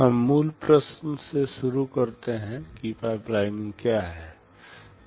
हम मूल प्रश्न से शुरू करते हैं कि पाइपलाइनिंग क्या है